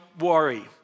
worry